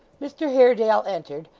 mr haredale entered,